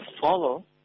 follow